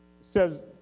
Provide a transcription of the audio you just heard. says